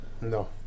No